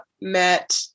met